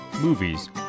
movies